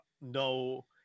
No